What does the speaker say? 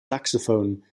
saxophone